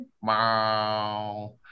Wow